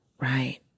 Right